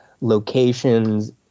locations